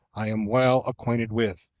i am well acquainted with,